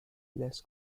less